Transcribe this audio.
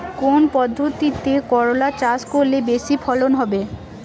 কোন পদ্ধতিতে করলা চাষ করলে বেশি ফলন হবে?